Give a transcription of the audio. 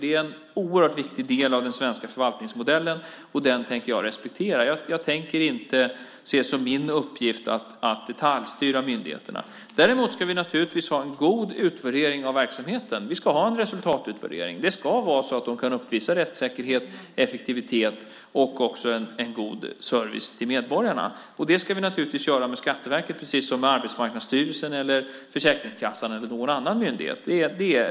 Det är en oerhört viktig del av den svenska förvaltningsmodellen, och den tänker jag respektera. Jag tänker inte se det som min uppgift att detaljstyra myndigheterna. Däremot ska vi naturligtvis ha en god utvärdering av verksamheten. Vi ska ha en resultatutvärdering. Det ska vara så att de kan uppvisa rättssäkerhet, effektivitet och också en god service till medborgarna. Det ska vi naturligtvis göra med Skatteverket precis som med Arbetsmarknadsstyrelsen, Försäkringskassan eller någon annan myndighet.